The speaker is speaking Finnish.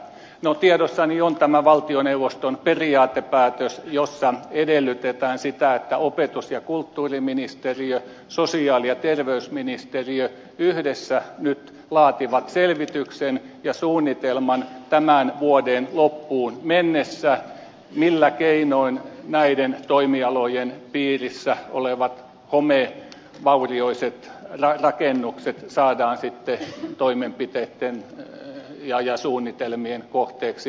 no tiedossani on tämä valtioneuvoston periaatepäätös jossa edellytetään sitä että opetus ja kulttuuriministeriö sosiaali ja terveysministeriö yhdessä nyt laativat selvityksen ja suunnitelman tämän vuoden loppuun mennessä millä keinoin näiden toimialojen piirissä olevat homevaurioiset rakennukset saadaan sitten toimenpiteitten ja suunnitelmien kohteeksi